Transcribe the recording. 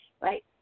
right